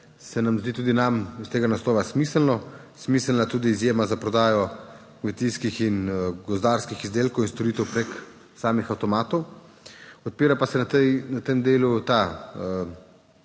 Se nam zdi tudi nam iz tega naslova smiselno, smiselna tudi izjema za prodajo kmetijskih in gozdarskih izdelkov in storitev preko samih avtomatov. Odpira pa se na tem delu ta